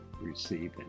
receive